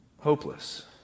hopeless